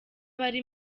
bari